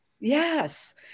Yes